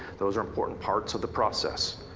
those are important parts of the process.